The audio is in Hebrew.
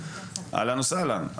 אהלן וסהלן,